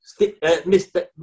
Mr